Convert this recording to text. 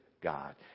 God